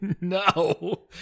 No